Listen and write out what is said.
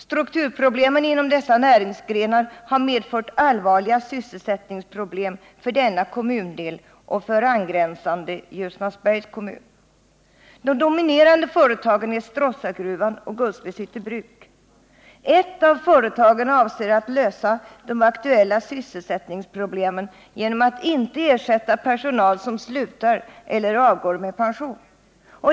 Strukturproblemen inom dessa näringsgrenar har medfört allvarliga sysselsättningsproblem för den här kommundelen och för angränsande Ljusnarsbergs kommun. De dominerande företagen är Stråssagruvan och Guldsmedshytte bruk. Ett av företagen avser att lösa de aktuella sysselsättningsproblemen genom att inte ersätta personal som slutar eller avgår med pension.